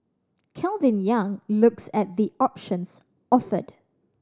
Calvin Yang looks at the options offered